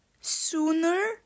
sooner